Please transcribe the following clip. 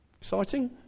exciting